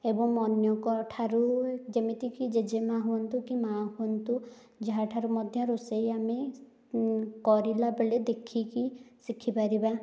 ଏବଂ ଅନ୍ୟଙ୍କଠାରୁ ଯେମିତିକି ଜେଜେମା' ହୁଅନ୍ତୁ କି ମା' ହୁଅନ୍ତୁ ଯାହାଠାରୁ ମଧ୍ୟ ରୋଷେଇ ଆମେ କରିଲା ବେଳେ ଦେଖିକି ଶିଖିପାରିବା